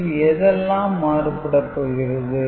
இதில் எதெல்லாம் மாறுபடப் போகிறது